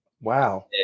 Wow